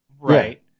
Right